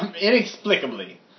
Inexplicably